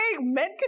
Men